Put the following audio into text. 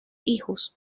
hijos